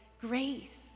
grace